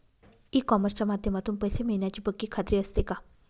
E कॉमर्सच्या माध्यमातून पैसे मिळण्याची पक्की खात्री असते का?